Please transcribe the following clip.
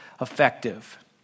effective